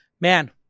Man